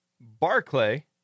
Barclay